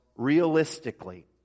realistically